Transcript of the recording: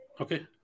Okay